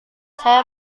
saya